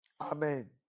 Amen